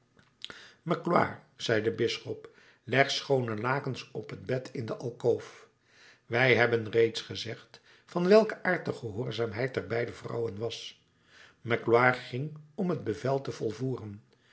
magloire zei de bisschop leg schoone lakens op het bed in de alkoof wij hebben reeds gezegd van welken aard de gehoorzaamheid der beide vrouwen was magloire ging om het bevel te volvoeren